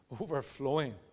overflowing